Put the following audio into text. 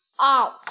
out